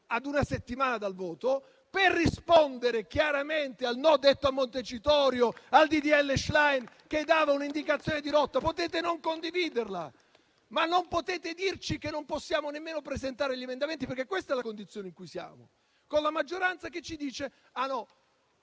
ad una settimana dal voto, per rispondere chiaramente al no detto a Montecitorio al disegno di legge Schlein che dava un'indicazione di rotta. Potete non condividerla, ma non potete dirci che non possiamo nemmeno presentare gli emendamenti, perché questa è la condizione in cui siamo, con la maggioranza che ci dice: